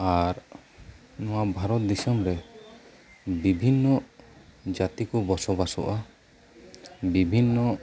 ᱟᱨ ᱱᱚᱶᱟ ᱵᱷᱟᱨᱚᱛ ᱫᱤᱥᱚᱢ ᱨᱮ ᱵᱤᱵᱷᱤᱱᱱᱚ ᱡᱟᱹᱛᱤ ᱠᱚ ᱵᱚᱥᱚ ᱵᱟᱥᱚᱜᱼᱟ ᱵᱤᱵᱷᱤᱱᱱᱚ